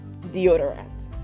deodorant